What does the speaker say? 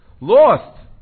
lost